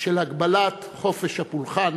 קורבנות של הגבלת חופש הפולחן